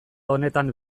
honetan